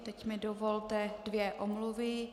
Teď mi dovolte dvě omluvy.